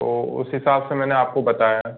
तो उस हिसाब से मैंने आपको बताया है